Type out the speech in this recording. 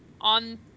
on